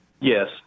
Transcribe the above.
Yes